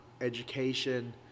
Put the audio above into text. education